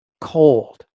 cold